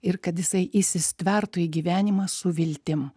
ir kad jisai įsistvertų į gyvenimą su viltim